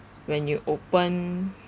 when you open